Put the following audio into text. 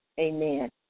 Amen